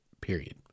period